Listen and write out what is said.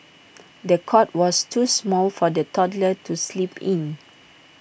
the cot was too small for the toddler to sleep in